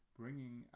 bringing